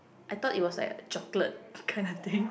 I thought it was like a chocolate kind of thing